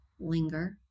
linger